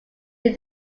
did